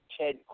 Ted